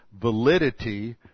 validity